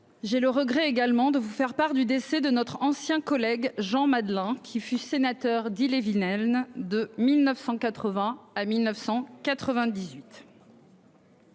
J'ai le regret également de vous faire part du décès de notre ancien collègue Jean Madelin qui fut sénateur d'Ille-et-Vilaine. De 1980 à 1998.